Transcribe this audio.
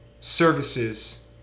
services